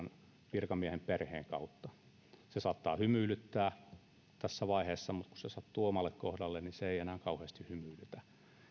virkamiehen perheen kautta se saattaa hymyilyttää tässä vaiheessa mutta kun se sattuu omalle kohdalle niin se ei enää kauheasti hymyilytä